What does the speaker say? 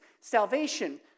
salvation